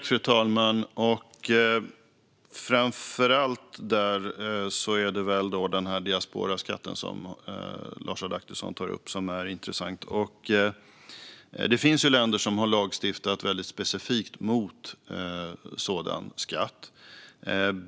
Fru talman! Framför allt är det väl diasporaskatten, som Lars Adaktusson tar upp, som är intressant. Det finns länder som har lagstiftat väldigt specifikt mot sådan skatt.